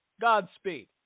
Godspeed